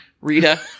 Rita